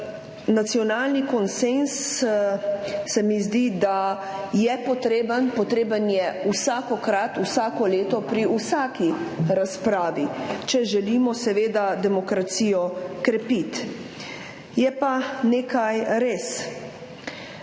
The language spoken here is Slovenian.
Nacionalni konsenz se mi zdi, da je potreben. Potreben je vsakokrat, vsako leto, pri vsaki razpravi, če želimo demokracijo krepiti. Je pa nekaj res